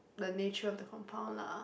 the nature of the compound lah